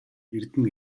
эрдэнэ